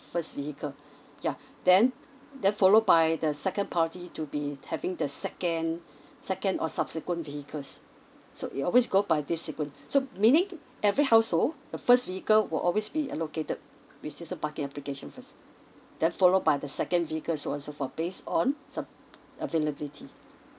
first vehicle yea then then follow by the second priority to be having the second second or subsequent vehicles so it always go by this sequence so meaning every household the first vehicle will always be allocated with season parking application first then follow by the second vehicle so on and so forth based on some availability